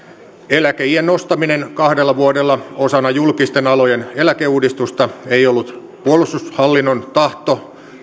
eläkeiän nostaminen kahdella vuodella osana julkisten alojen eläkeuudistusta ei ollut puolustushallinnon tahto